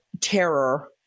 terror